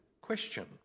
question